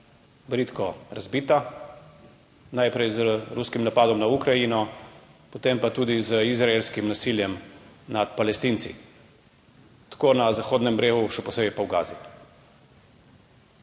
bridko razbita, najprej z ruskim napadom na Ukrajino, potem pa tudi z izraelskim nasiljem nad Palestinci, tako na Zahodnem bregu, še posebej pa v Gazi.